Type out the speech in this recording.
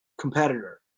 competitor